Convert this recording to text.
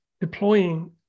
deploying